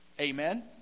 Amen